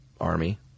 Army